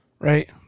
right